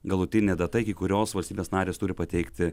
galutinė data iki kurios valstybės narės turi pateikti